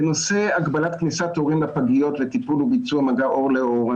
בנושא הגבלת כניסת הורים לפגיות לטיפול וביצוע מגע עור לעור,